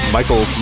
Michael